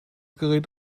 gerät